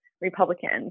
Republicans